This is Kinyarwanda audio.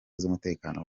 z’umutekano